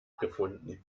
gefunden